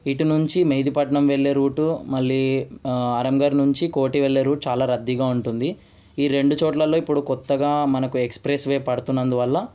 ఇటు నుంచి మెహిదీపట్నం వెళ్ళే రూట్ మళ్ళీ ఆరాంఘర్ వెళ్ళే రూట్ చాలా రద్దీగా ఉంటుంది ఈ రెండు చోట్లలో ఇప్పుడు కొత్తగా మనకు ఎక్స్ప్రెస్ వే పాడుతున్న అందువల్ల